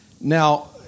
Now